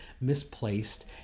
misplaced